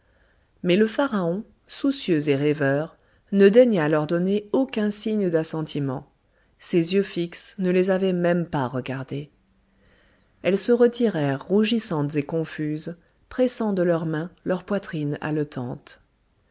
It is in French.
mais le pharaon soucieux et rêveur ne daigna leur donner aucun signe d'assentiment ses yeux fixes ne les avaient même pas regardées elles se retirèrent rougissantes et confuses pressant de leurs mains leur poitrine